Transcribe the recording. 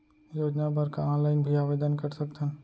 योजना बर का ऑनलाइन भी आवेदन कर सकथन?